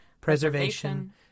preservation